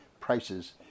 prices